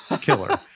killer